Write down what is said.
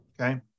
okay